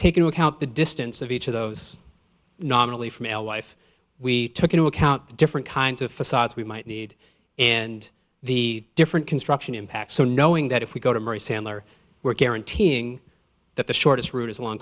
take into account the distance of each of those nominally from alewife we took into account the different kinds of facades we might need and the different construction impacts so knowing that if we go to marie sandler we're guaranteeing that the shortest route is long